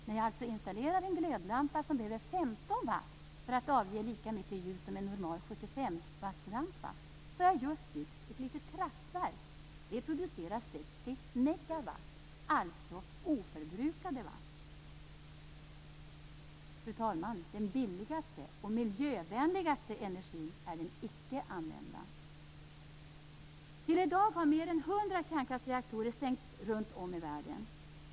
När jag installerar en glödlampa som behöver 15 watt för att avge lika mycket ljus som en normal 75-wattslampa har jag just byggt ett litet kraftverk. Det producerar 60 negawatt, alltså oförbrukade watt. Fru talman! Den billigaste och miljövänligaste energin är den icke använda. Till i dag har mer än 100 kärnkraftsreaktorer stängts runt om i världen.